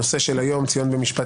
הנושא של היום: צִיּוֹן בְּמִשְׁפָּט